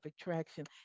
attraction